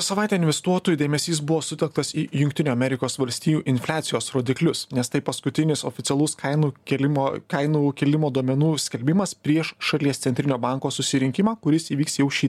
savaitę investuotojų dėmesys buvo sutelktas į jungtinių amerikos valstijų infliacijos rodiklius nes tai paskutinis oficialus kainų kėlimo kainų kilimo duomenų skelbimas prieš šalies centrinio banko susirinkimą kuris įvyks jau šį